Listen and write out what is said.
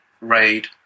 raid